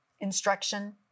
instruction